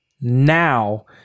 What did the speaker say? now